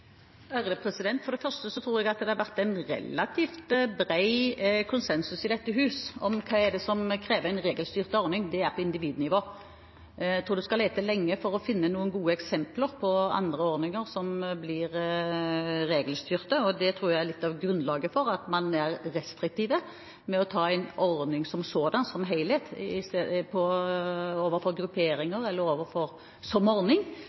For det første tror jeg at det har vært en relativt bred konsensus i dette hus om hva som krever en regelstyrt ordning. Det er på individnivå. Jeg tror du skal lete lenge for å finne noen gode eksempler på andre ordninger som blir regelstyrte, og det tror jeg er litt av grunnlaget for at man er restriktive med en ordning som sådan, som helhet, overfor grupperinger, som skal gå inn og bli en regelstyrt ordning.